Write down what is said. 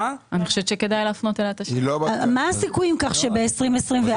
מה הסיכוי אם כך שב-2024 יופעל המנגנון הזה?